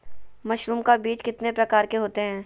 Mushroom का बीज कितने प्रकार के होते है?